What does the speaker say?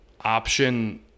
option